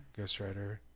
ghostwriter